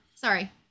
Sorry